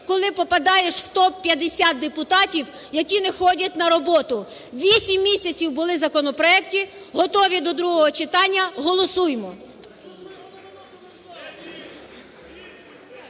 коли попадаєш в топ-50 депутатів, які не ходять на роботу. Вісім місяців були законопроекти готові до другого читання. Голосуймо!